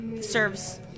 serves